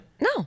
No